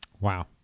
wow